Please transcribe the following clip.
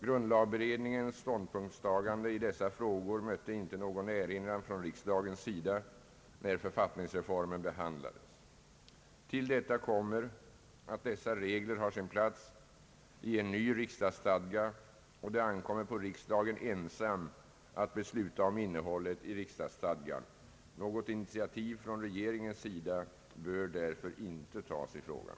Grundlagberedningens ståndpunktstagande i dessa frågor mötte inte någon erinran från riksdagens sida när författningsreformen behandlades. Till detta kommer att ifrågavarande regler har sin plats i en ny riksdagsstadga och att det ankommer på riksdagen ensam att besluta om innehållet i riksdagsstadgan. Något initiativ från regeringens sida bör inte tagas i frågan.